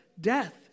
death